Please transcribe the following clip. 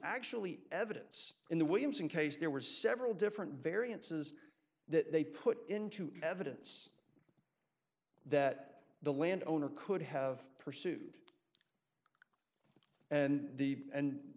actually evidence in the williamson case there were several different variances that they put into evidence that the landowner could have pursued and the and